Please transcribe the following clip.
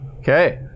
okay